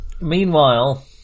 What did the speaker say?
meanwhile